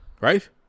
right